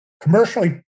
commercially